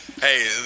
Hey